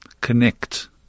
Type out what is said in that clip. connect